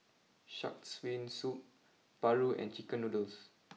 shark's Fin Soup Paru and Chicken Noodles